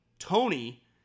Tony